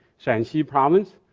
shaanxi province.